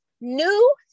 New